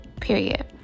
period